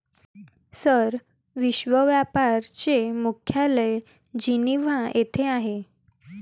sir, विश्व व्यापार चे मुख्यालय जिनिव्हा येथे आहे